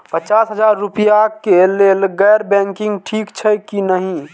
पचास हजार रुपए के लेल गैर बैंकिंग ठिक छै कि नहिं?